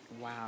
wow